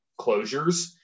closures